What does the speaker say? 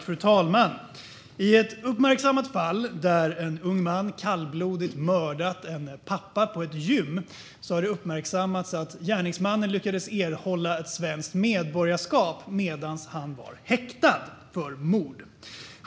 Fru talman! I ett uppmärksammat fall där en ung man kallblodigt mördade en pappa på ett gym har det uppmärksammats att gärningsmannen lyckades erhålla svenskt medborgarskap medan han var häktad för mord.